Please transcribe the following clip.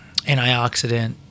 antioxidant